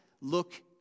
look